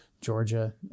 Georgia